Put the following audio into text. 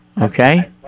Okay